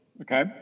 Okay